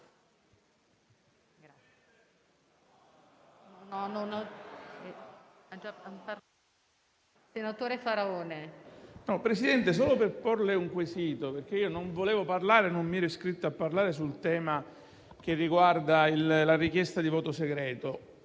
intervengo solo per porle un quesito, perché io non intendevo e non mi ero iscritto a parlare sul tema che riguarda la richiesta di voto segreto.